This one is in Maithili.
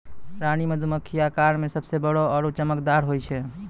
रानी मधुमक्खी आकार मॅ सबसॅ बड़ो आरो चमकदार होय छै